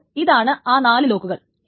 അപ്പോൾ ഇതാണ് ആ 4 ലോക്കുകൾ